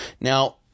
Now